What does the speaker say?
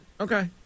Okay